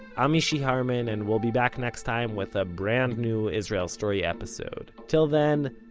i'm mishy harman, and we'll be back next time with a brand new israel story episode. till then,